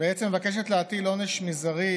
מבקשת להטיל עונש מזערי